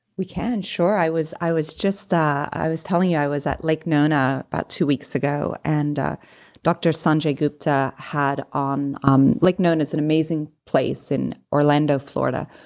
we can, sure. i was i was just, ah i was telling you i was at lake nona about two weeks ago and dr. sanjay gupta had on, um lake nona is an amazing place in orlando, florida,